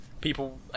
people